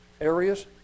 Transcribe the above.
areas